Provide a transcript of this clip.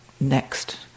next